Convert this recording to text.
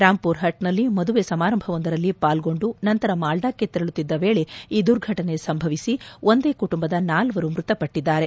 ರಾಂಪುರಹಟ್ನಲ್ಲಿ ಮದುವೆ ಸಮಾರಂಭವೊಂದರಲ್ಲಿ ಪಾಲ್ಗೊಂಡು ನಂತರ ಮಾಲ್ಡಾಕ್ಕೆ ತೆರಳುತ್ತಿದ್ದ ವೇಳೆ ಈ ದುರ್ಘಟನೆ ಸಂಭವಿಸಿ ಒಂದೇ ಕುಟುಂಬದ ನಾಲ್ವರು ಮೃತಪಟ್ಟಿದ್ದಾರೆ